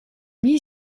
wie